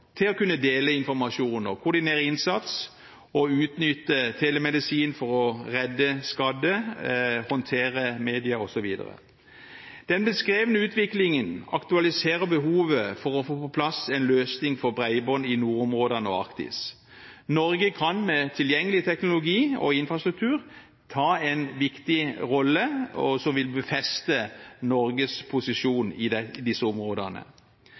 til å kunne dele informasjon, koordinere innsats og utnytte telemedisin for å redde skadde, håndtere media osv. Den beskrevne utviklingen aktualiserer behovet for å få på plass en løsning for bredbånd i nordområdene og Arktis. Norge kan med tilgjengelig teknologi og infrastruktur ta en viktig rolle, som vil befeste Norges posisjon i disse områdene.